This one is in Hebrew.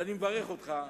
אני מברך אותך,